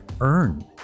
earn